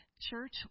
Church